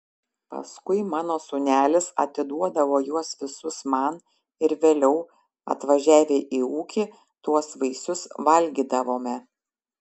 paskui mano sūnelis atiduodavo juos visus man ir vėliau atvažiavę į ūkį tuos vaisius valgydavome